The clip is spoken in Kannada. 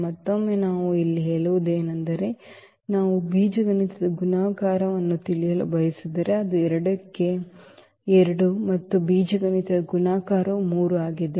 ಮತ್ತೊಮ್ಮೆ ನಾನು ಇಲ್ಲಿ ಹೇಳುವುದೇನೆಂದರೆ ನಾವು ಬೀಜಗಣಿತದ ಗುಣಾಕಾರವನ್ನು ತಿಳಿಯಲು ಬಯಸಿದರೆ ಅದು 2 ಕ್ಕೆ 2 ಮತ್ತು ಬೀಜಗಣಿತದ ಗುಣಾಕಾರವು 3 ಆಗಿದೆ 1